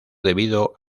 debido